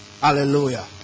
Hallelujah